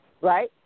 right